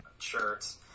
shirts